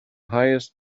highest